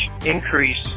increase